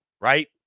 right